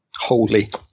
holy